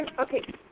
Okay